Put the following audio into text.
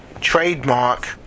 trademark